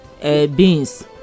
beans